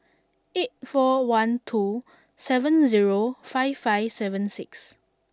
eight four one two seven zero five five seven six